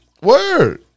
Word